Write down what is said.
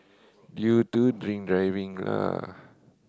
you do drink driving lah